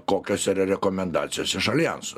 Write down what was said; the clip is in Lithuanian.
kokios yra rekomendacijos iš aljanso